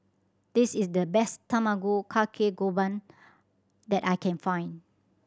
this is the best Tamago Kake Gohan that I can find